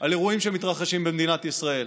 על אירועים שמתרחשים במדינת ישראל.